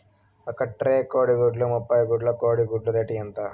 ఒక ట్రే కోడిగుడ్లు ముప్పై గుడ్లు కోడి గుడ్ల రేటు ఎంత?